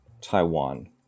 Taiwan